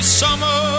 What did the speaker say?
summer